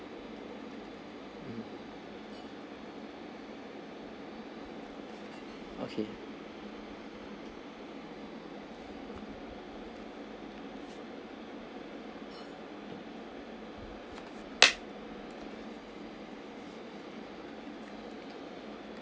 okay